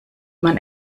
man